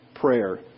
prayer